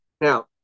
Now